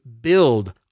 build